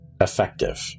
effective